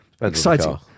exciting